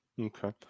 Okay